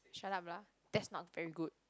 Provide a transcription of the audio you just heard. shut up lah that's not very good